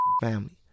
family